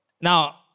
Now